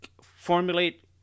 formulate